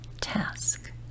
task